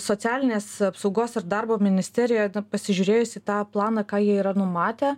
socialinės apsaugos ir darbo ministerijoj pasižiūrėjus į tą planą ką jie yra numatę